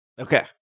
Okay